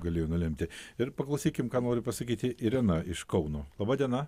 galėjo nulemti ir paklausykim ką nori pasakyti irena iš kauno laba diena